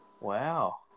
Wow